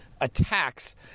attacks